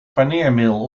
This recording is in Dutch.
paneermeel